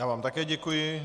Já vám také děkuji.